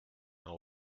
all